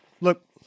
Look